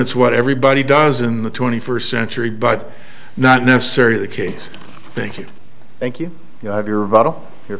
it's what everybody does in the twenty first century but not necessarily the case thank you thank you you have your